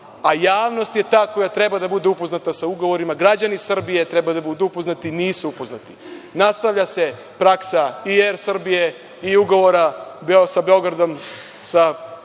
a javnost je ta koja treba da bude upoznata sa ugovorima, građani Srbije treba da budu upoznati nisu upoznati. Nastavlja se praksa i „Er Srbije“ i ugovora sa investitorom za